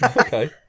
Okay